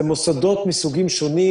זה מוסדות מסוגים שונים.